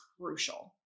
crucial